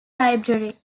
library